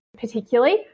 particularly